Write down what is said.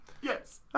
Yes